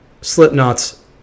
Slipknot's